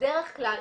בדרך כלל,